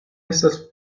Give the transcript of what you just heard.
estas